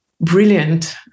brilliant